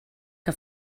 què